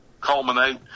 culminate